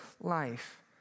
life